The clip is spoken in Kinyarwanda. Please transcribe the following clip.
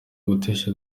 gutesha